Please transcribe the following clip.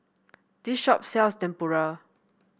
this shop sells Tempura